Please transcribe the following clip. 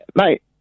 mate